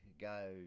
go